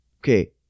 okay